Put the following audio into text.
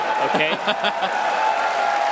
Okay